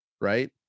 right